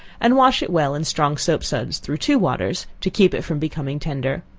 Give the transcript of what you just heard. and wash it well in strong soap-suds through two waters, to keep it from becoming tender.